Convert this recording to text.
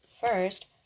First